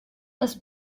ist